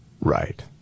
Right